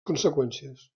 conseqüències